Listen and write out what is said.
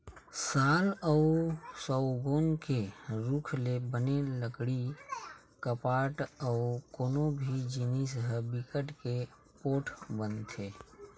साल अउ सउगौन के रूख ले बने खिड़की, कपाट अउ कोनो भी जिनिस ह बिकट के पोठ बनथे